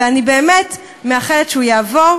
ואני באמת מאחלת שהוא יעבור,